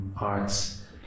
arts